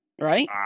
right